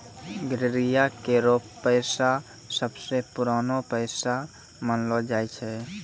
गड़ेरिया केरो पेशा सबसें पुरानो पेशा मानलो जाय छै